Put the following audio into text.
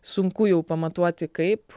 sunku jau pamatuoti kaip